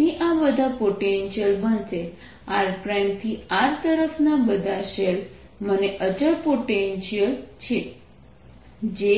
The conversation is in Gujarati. તેથી આ બધા પોટેન્શિયલ બનશે rથી R તરફના બધા શેલ મને અચળ પોટેન્શિયલ છે જે